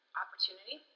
opportunity